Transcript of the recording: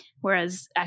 Whereas